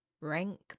rank